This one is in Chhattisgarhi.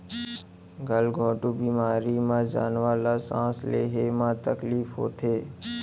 गल घोंटू बेमारी म जानवर ल सांस लेहे म तकलीफ होथे